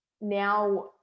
now